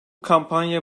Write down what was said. kampanya